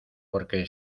porque